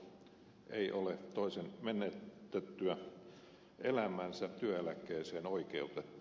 avopuoliso ei ole toisen menetettyä elämänsä työeläkkeeseen oikeutettu